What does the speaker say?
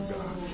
God